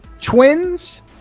Twins